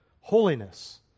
holiness